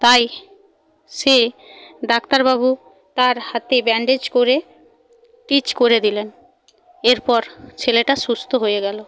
তাই সে ডাক্তারবাবু তার হাতে ব্যান্ডেজ করে স্টিচ করে দিলেন এরপর ছেলেটা সুস্থ হয়ে গেল